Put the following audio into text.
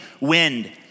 wind